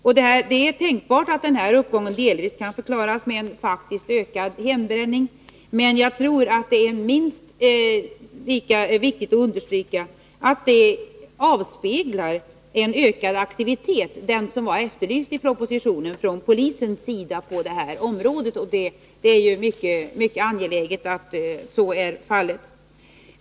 Det är tänkbart att denna uppgång delvis kan förklaras med en faktiskt ökad hembränning, men jagtror att det är minst lika viktigt att understryka att den avspeglar en sådan ökad aktivitet från polisens sida på det här området som hade efterlysts i propositionen. Denna aktivitetshöjning är också mycket angelägen.